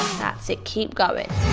that's it keep going.